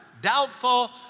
doubtful